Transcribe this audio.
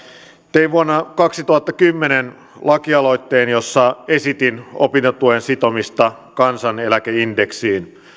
tein vuonna kaksituhattakymmenen lakialoitteen jossa esitin opintotuen sitomista kansaneläkeindeksiin